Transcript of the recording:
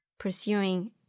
Pursuing